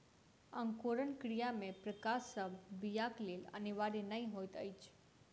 अंकुरण क्रिया मे प्रकाश सभ बीयाक लेल अनिवार्य नै होइत अछि